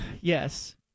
Yes